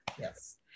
Yes